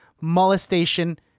molestation